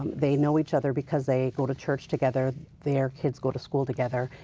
they know each other because they go to church together, their kids go to school together,